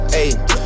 ayy